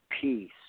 peace